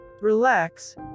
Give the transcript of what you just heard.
relax